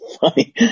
Funny